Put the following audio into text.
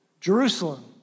Jerusalem